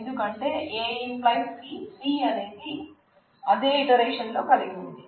ఎందుకంటే A→C C అనేది అదే ఇటరేషన్ లో కలిగి ఉంది